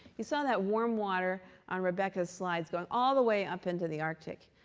you saw that warm water on rebecca's slides going all the way up into the arctic.